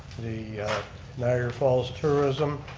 the niagara falls tourism,